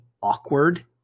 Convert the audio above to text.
awkward